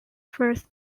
first